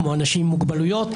כמו אנשים עם מוגבלויות,